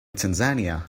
tanzania